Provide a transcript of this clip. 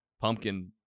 pumpkin